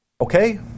Okay